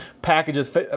packages